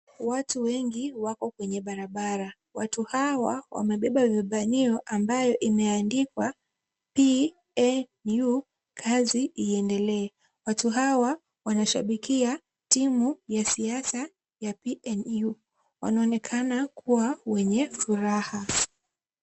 Watu wengi wako kwenye barabara. Watu hawa wamebeba vibanio ambavyo vimeandikwa PNU Kazi Iendelee. Watu hawa wanashabikia timu ya siasa ya PNU. Wanaonekana kuwa wenye furaha.